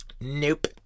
Nope